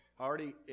already